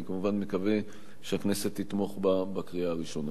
ואני כמובן מקווה שהכנסת תתמוך בקריאה הראשונה.